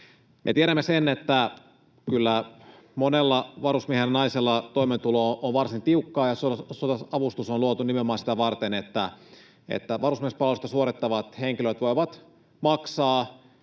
Me tiedämme sen, että kyllä monella varusmiehellä ja ‑naisella toimeentulo on varsin tiukkaa, ja sotilasavustus on luotu nimenomaan sitä varten, että varusmiespalvelusta suorittavat henkilöt voivat maksaa